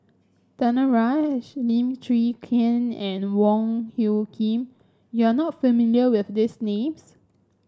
Danaraj Lim Chwee Chian and Wong Hung Khim you are not familiar with these names